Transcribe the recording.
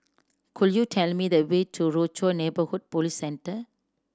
could you tell me the way to Rochor Neighborhood Police Centre